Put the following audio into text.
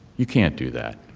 you can't do that.